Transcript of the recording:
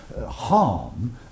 harm